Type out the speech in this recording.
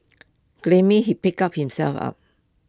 grimly he picked up himself up